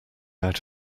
out